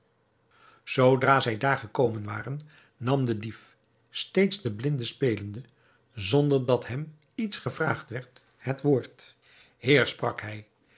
zoodra zij daar gekomen waren nam de dief steeds den blinde spelende zonder dat hem iets gevraagd werd het woord heer sprak hij